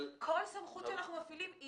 כל סמכות שאנחנו מפעילים,